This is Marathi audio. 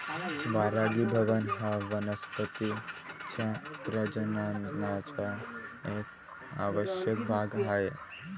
परागीभवन हा वनस्पतीं च्या प्रजननाचा एक आवश्यक भाग आहे